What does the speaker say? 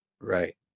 Right